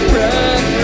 run